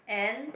and